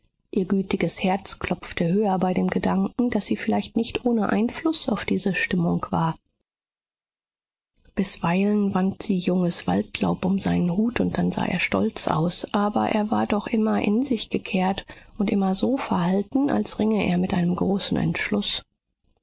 ihr gütiges herz klopfte höher bei dem gedanken daß sie vielleicht nicht ohne einfluß auf diese stimmung war bisweilen wand sie junges waldlaub um seinen hut und dann sah er stolz aus aber er war doch immer in sich gekehrt und immer so verhalten als ringe er mit einem großen entschluß